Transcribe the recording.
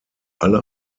alle